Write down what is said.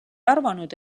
arvanud